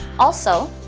also,